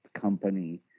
company